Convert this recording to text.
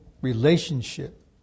relationship